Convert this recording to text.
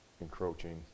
encroaching